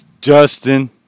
Justin